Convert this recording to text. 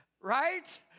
Right